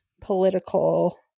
political